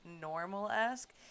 normal-esque